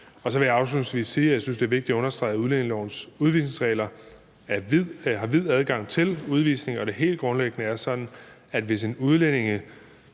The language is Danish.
Så vil jeg afslutningsvis sige, at jeg synes, det er vigtigt at understrege, at udlændingelovens udvisningsregler giver vid adgang til udvisning, og at det helt grundlæggende er sådan, at hvis en udlænding